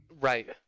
right